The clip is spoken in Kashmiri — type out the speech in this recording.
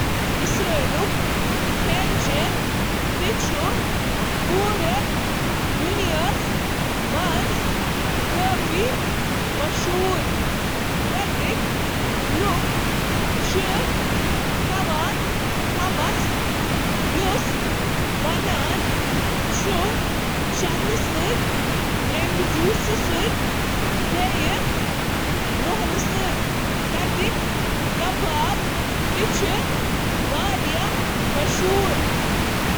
اسرٲیلی ضِیافتن منٛز چھِ سبزی، رنِتھ تہٕ خام، واریاہ مٮ۪وٕ، تہٕ دۄدٕ پنیر تہٕ دہی ہٕنٛدِس شکلہِ منٛز استعمال کرنہٕ یِوان۔ چکن، گاڈٕ تہٕ لیمب چِھ عام جانورن ہنٛد پروٹین۔ گرِلڈ کیباب تہٕ شوارما ,پتلہٕ ٹُکرن منٛز ژٹنہٕ آمُت ماز چُھ, چِھ عام طریقہٕ یمہٕ سۭتۍ اسرٲیلی ماز تیار کران چِھ۔